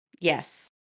Yes